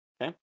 Okay